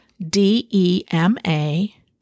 d-e-m-a